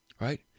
Right